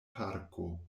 parko